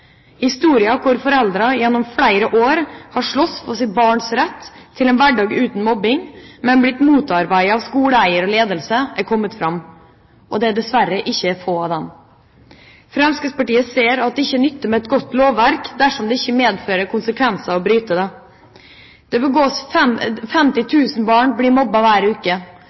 foreldre som gjennom flere år har slåss for sitt barns rett til en hverdag uten mobbing, men er blitt motarbeidet av skoleeier og -ledelse, er kommet fram. Dem er det dessverre ikke få av. Fremskrittspartiet ser at det ikke nytter med et godt lovverk dersom det ikke medfører konsekvenser å bryte det. 50 000 barn blir mobbet hver uke.